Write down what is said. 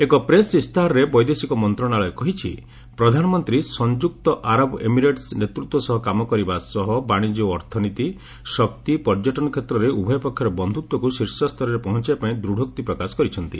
ଏକ ପ୍ରେସ୍ ଇସ୍ତାହାରରେ ବୈଦେଶିକ ମନ୍ତ୍ରଣାଳୟ କହିଛି ପ୍ରଧାନମନ୍ତ୍ରୀ ସଂଯୁକ୍ତ ଆରବ ଏମିରେଟ୍ସ ନେତୃତ୍ୱ ସହ କାମ କରିବା ସହ ବାଶିଜ୍ୟ ଓ ଅର୍ଥନୀତି ଶକ୍ତି ପର୍ଯ୍ୟଟନ କ୍ଷେତ୍ରରେ ଉଭୟ ପକ୍ଷର ବନ୍ଧୁତ୍ୱକୁ ଶୀର୍ଷସ୍ତରରେ ପହଞ୍ଚାଇବା ପାଇଁ ଦୃଢ଼ୋକ୍ତି ପ୍ରକାଶ କରିଛନ୍ତି